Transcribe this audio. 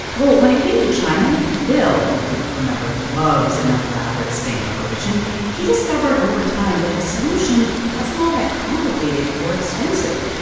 well, when it came to china, bill, who, remember, loves an elaborate sting operation he discovered over time that the solution wasn't all that complicated or expensive.